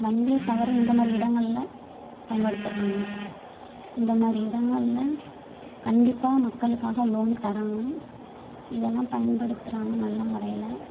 வங்கியை தவிர இந்தமாதிரி இடங்களில் பயன்படுத்துகிறாங்க இந்தமாதிரி இடங்களில் கண்டிப்பாக மக்களுக்காக லோன் தராங்க இதெல்லாம் பயன்படுத்துகிறாங்க நல்ல முறையில்